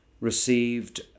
received